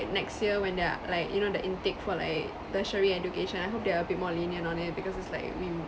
next year when they're like you know the intake for like tertiary education I hope there will be more lenient on it because it's like we